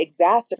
exacerbate